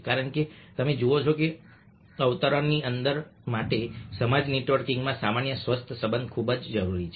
કારણ કે તમે જુઓ છો કે અવતરણની અંદર માટે સમાજ નેટવર્કિંગમાં સામાન્ય સ્વસ્થ સંબંધ ખૂબ જ જરૂરી છે